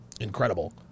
Incredible